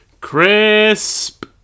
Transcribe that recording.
Crisp